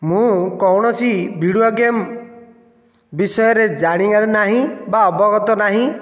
ମୁଁ କୌଣସି video game ବିଷୟରେ ଜାଣିବାର ନାହିଁ ବା ଅବଗତ ନାହିଁ